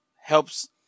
helps